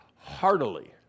Heartily